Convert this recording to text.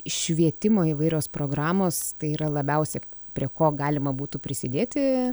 švietimo įvairios programos tai yra labiausia prie ko galima būtų prisidėti